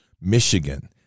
Michigan